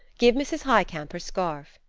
give mrs. highcamp her scarf.